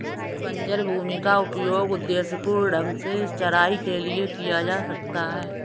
बंजर भूमि का उपयोग उद्देश्यपूर्ण ढंग से चराई के लिए किया जा सकता है